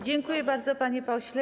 Dziękuję bardzo, panie pośle.